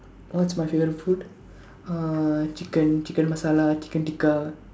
what's my favourite food uh chicken chicken masala chicken tikka